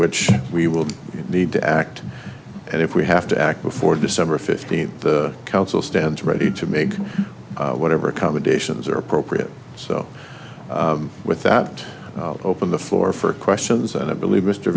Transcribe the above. which we will need to act and if we have to act before december fifteenth the council stands ready to make whatever accommodations are appropriate so with that open the floor for questions and i believe mr